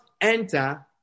enter